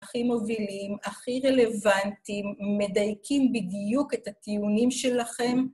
הכי מובילים, הכי רלוונטיים, מדייקים בדיוק את הטיעונים שלכם.